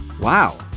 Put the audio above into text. Wow